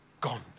gone